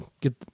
get